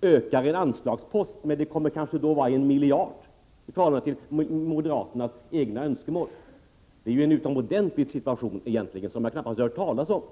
ökar en anslagspost med kanske 1 miljard kronor? Det är en utomordentligt märklig situation, som jag aldrig tidigare har hört talas om.